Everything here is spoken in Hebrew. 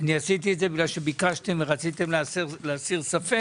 אני עשיתי את זה בגלל שביקשתם ורציתם להסיר ספק,